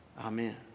Amen